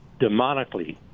demonically